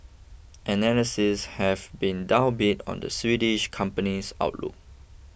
analysts have been downbeat on the Swedish company's outlook